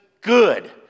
good